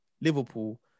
Liverpool